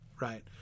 right